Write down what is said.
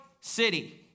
City